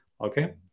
okay